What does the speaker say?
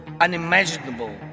unimaginable